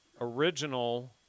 original